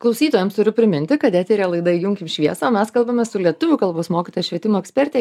klausytojams turiu priminti kad eteryje laida įjunkim šviesą o mes kalbame su lietuvių kalbos mokytoja švietimo eksperte